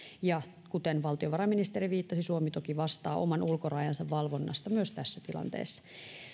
ja kuten valtiovarainministeri viittasi suomi toki vastaa oman ulkorajansa valvonnasta myös tässä tilanteessa